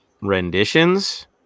renditions